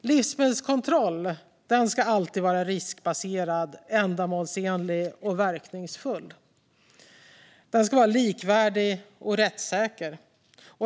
Livsmedelskontrollen ska alltid vara riskbaserad, ändamålsenlig och verkningsfull. Den ska vara likvärdig och rättssäker.